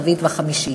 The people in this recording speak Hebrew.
הרביעית והחמישית.